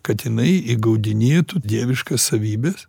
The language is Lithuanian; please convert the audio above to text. kad jinai įgaudinėtų dieviškas savybes